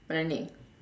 running